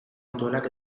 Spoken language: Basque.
dituenak